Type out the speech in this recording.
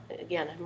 again